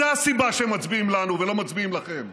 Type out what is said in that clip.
זו הסיבה שהם מצביעים לנו ולא מצביעים לכם.